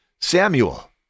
Samuel